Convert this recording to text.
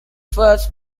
first